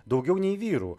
daugiau nei vyrų